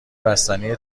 بستنی